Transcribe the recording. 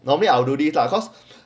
normally I do this lah cause